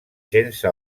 sense